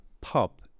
pub